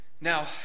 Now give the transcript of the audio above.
Now